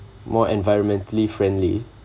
more environmentally friendly